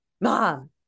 mom